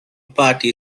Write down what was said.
party